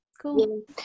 cool